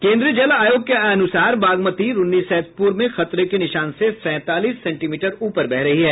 केन्द्रीय जल आयोग के अनुसार बागमती रून्नीसैदपुर में खतरे के निशान से सैंतालीस सेंटीमीटर ऊपर बह रही है